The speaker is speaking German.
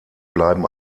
bleiben